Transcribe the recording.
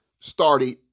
started